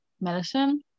medicine